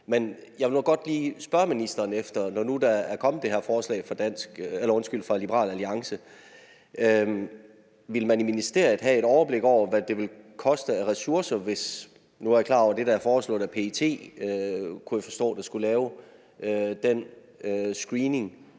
Men jeg vil nu godt lige spørge ministeren om, om man, når nu der er kommet det her forslag fra Liberal Alliance, i ministeriet ville have et overblik over, hvad det vil koste i ressourcer. Nu er jeg klar over, at det, der er foreslået, er, at PET, kunne jeg forstå, skulle lave den screening